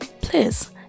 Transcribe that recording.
please